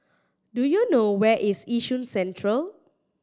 do you know where is Yishun Central